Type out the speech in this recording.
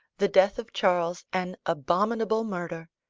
the death of charles an abominable murder.